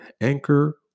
Anchor